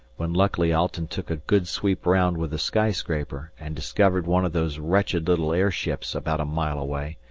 when luckily alten took a good sweep round with the skyscraper and discovered one of those wretched little airships about a mile away,